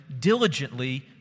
diligently